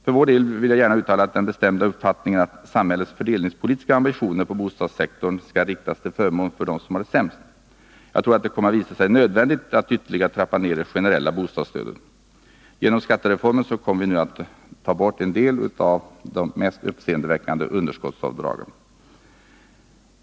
För min del vill jag uttala den bestämda uppfattningen att samhällets fördelningspolitiska ambitioner på bostadssektorn skall riktas till förmån för dem som har det sämst. Jag tror att det kommer att visa sig nödvändigt att ytterligare trappa ned det generella bostadsstödet. Genom skattereformen kommer vi nu att ta bort en del av de mest uppseendeväckande underskottsavdragen.